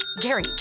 Gary